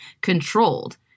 controlled